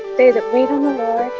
they that wait on the lord